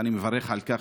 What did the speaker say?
ואני מברך על כך,